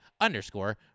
underscore